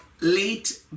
late